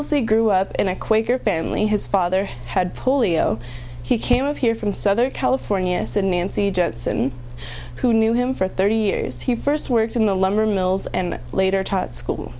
else they grew up in a quaker family whose father had polio he came up here from southern california said nancy johnson who knew him for thirty years he first worked in the lumber mills and later taught school